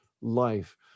life